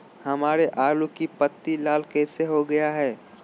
हमारे आलू की पत्ती लाल कैसे हो गया है?